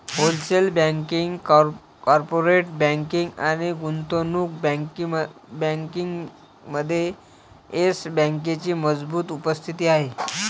wholesale banking, corporate banking आणि गुंतवणूक बँकिंगमध्ये येस बँकेची मजबूत उपस्थिती आहे